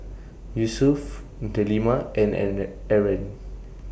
Yusuf Delima and and Aaron